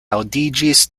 aŭdiĝis